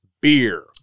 beer